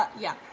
yeah.